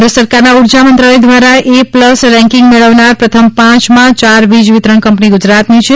કેન્દ્રડ સરકારના ઉર્જા મંત્રાલય દ્વારા એ પ્લસ રેંકિંગ મેળવનાર પ્રથમ પાંચમાં ચાર વીજ વિતરણ કંપની ગુજરાતની છે